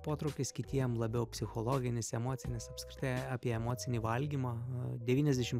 potraukis kitiem labiau psichologinis emocinis apskritai apie emocinį valgymą devyniasdešim